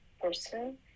person